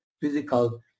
physical